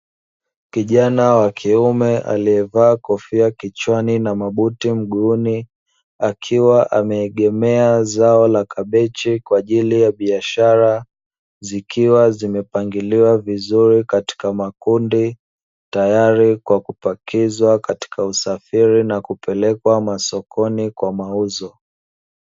Kijana wa kiume aliyevaa kofia kichwani na mabuti mguuni, akiwa ameegemea zao la kabichi kwa ajili ya biashara; zikiwa zimepangiliwa vizuri katika makundi, tayari kwa kupakizwa katika usafiri na kupelekwa masokoni kwa mauzo.